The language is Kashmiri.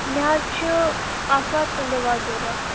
مےٚ حظ چھُ آتھوار ژٔنٛدروار ضروٗرت